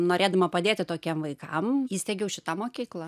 norėdama padėti tokiem vaikam įsteigiau šitą mokyklą